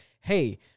hey